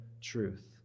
truth